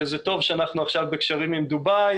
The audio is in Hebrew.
זה טוב שאנחנו עכשיו בקשרים עם דובאי,